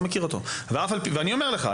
ואני אומר לך,